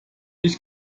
ich